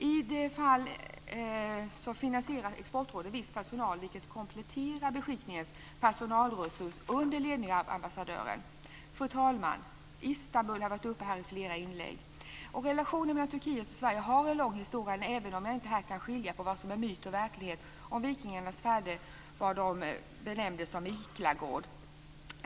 I en del fall finansierar Exportrådet viss personal, vilken kompletterar beskickningens personalresurser under ledning av ambassadören. Fru talman! Istanbul har varit uppe här i flera inlägg. Relationerna mellan Turkiet och Sverige har en lång historia, även om jag inte kan skilja på vad som är myt och verklighet när det gäller vikingarnas färder till det som de benämnde som Miklagård.